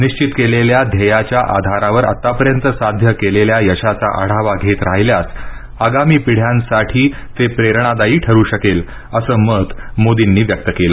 निश्चित केलेल्या ध्येयाच्या आधारावर आतापर्यंत साध्य केलेल्या यशाचा आढावा घेत राहिल्यास आगामी पिढ्यांसाठी ते प्रेरणादायी ठरू शकेल असं मत मोदींनी व्यक्त केलं